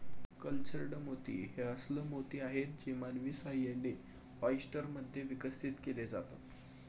cultured मोती हे अस्स्ल मोती आहेत जे मानवी सहाय्याने, ऑयस्टर मध्ये विकसित केले जातात